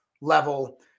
level